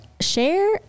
share